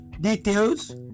Details